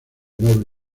noble